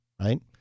right